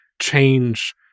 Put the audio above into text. change